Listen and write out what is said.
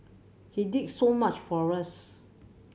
he did so much for us